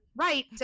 right